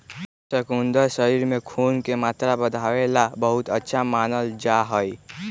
शकुन्दर शरीर में खून के मात्रा बढ़ावे ला बहुत अच्छा मानल जाहई